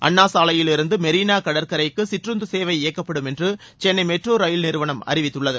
அண்ணாசாலையிலிருந்து மெரினா கடற்கரைக்கு சிற்றுந்து சேவை இயக்கப்படும் என்று சென்னை மெட்ரோ ரயில் நிறுவனம் அறிவித்துள்ளது